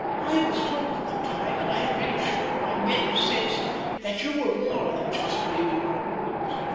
i was told at the time and i have been assured by many since that you were more than just to him in your rulings.